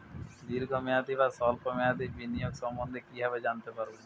দীর্ঘ মেয়াদি বা স্বল্প মেয়াদি বিনিয়োগ সম্বন্ধে কীভাবে জানতে পারবো?